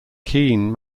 keen